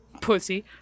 Pussy